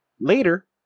Later